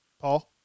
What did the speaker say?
Paul